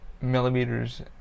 millimeters